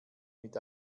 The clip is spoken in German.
mit